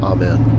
Amen